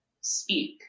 speak